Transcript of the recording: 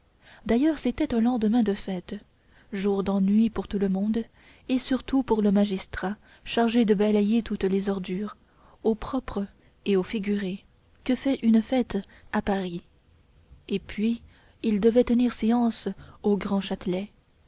d'ailleurs c'était un lendemain de fête jour d'ennui pour tout le monde et surtout pour le magistrat chargé de balayer toutes les ordures au propre et au figuré que fait une fête à paris et puis il devait tenir séance au